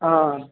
आ